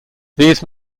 these